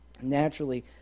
Naturally